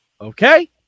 Okay